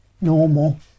normal